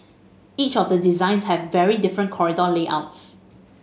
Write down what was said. each of the designs have very different corridor layouts